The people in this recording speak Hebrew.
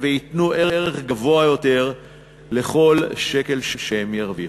וייתנו ערך גבוה יותר לכל שקל שהם ירוויחו,